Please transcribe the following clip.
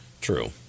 True